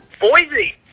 Boise